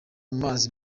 mazi